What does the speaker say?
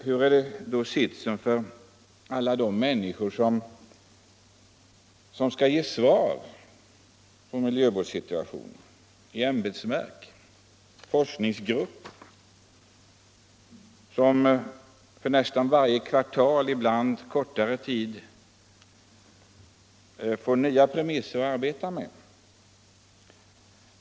Hur är då sitsen för alla de människor i ämbetsverk och forskningsgrupper som skall ge ett svar när det gäller miljövårdssituationen och som nästan varje kvartal och ibland med kortare tidsmellanrum får nya premisser att arbeta efter?